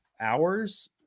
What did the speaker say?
hours